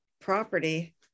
property